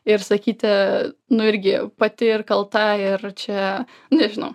ir sakyti nu irgi pati ir kalta ir čia nežinau